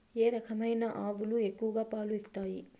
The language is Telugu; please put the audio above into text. ఏ రకమైన ఆవులు ఎక్కువగా పాలు ఇస్తాయి?